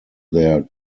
their